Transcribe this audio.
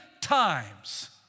times